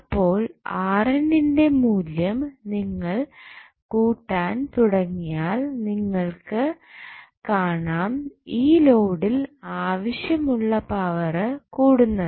അപ്പോൾ ൻറെ മൂല്യം നിങ്ങൾ കൂട്ടാൻ തുടങ്ങിയാൽ നിങ്ങൾക്ക് കാണാം ഈ ലോഡിൽ ആവശ്യമുള്ള പവർ കൂടുന്നത്